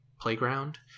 playground